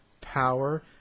power